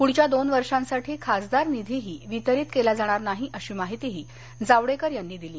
पुढच्या दोन वर्षांसाठी खासदार निधीही वितरीत केला जाणार नाही अशी माहितीही जावडेकर यांनी दिली